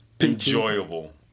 Enjoyable